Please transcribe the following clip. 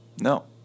No